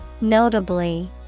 Notably